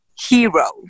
hero